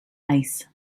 ice